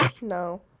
No